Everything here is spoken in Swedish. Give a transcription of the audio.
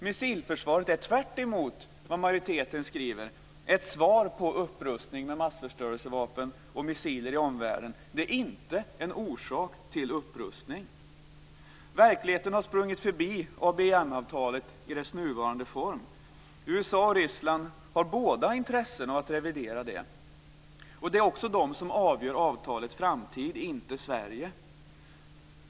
Missilförsvaret är, tvärtemot vad majoriteten skriver, ett svar på upprustning med massförstörelsevapen och missiler i omvärlden - inte en orsak till upprustning. Verkligheten har sprungit förbi ABM-avtalet i dess nuvarande form. USA och Ryssland har båda intresse av att revidera det. Det är också de som avgör avtalets framtid, inte Sverige.